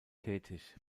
tätig